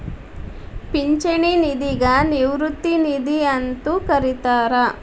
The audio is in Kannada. ಪಿಂಚಣಿ ನಿಧಿಗ ನಿವೃತ್ತಿ ನಿಧಿ ಅಂತೂ ಕರಿತಾರ